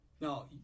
Now